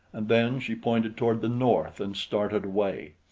and then she pointed toward the north and started away.